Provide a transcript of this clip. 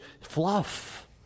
fluff